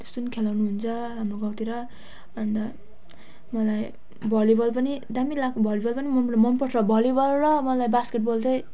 त्यस्तो नि खेलाउनुहुन्छ हाम्रो गाउँतिर अनि त मलाई भलिबल पनि दामी लाग् भलिभल पनि म मल् मन पर्छ अब भलिभल र मलाई बास्केट बल चाहिँ